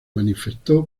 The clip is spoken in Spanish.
manifestó